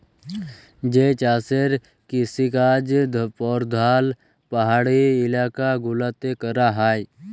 যে চাষের কিসিকাজ পরধাল পাহাড়ি ইলাকা গুলাতে ক্যরা হ্যয়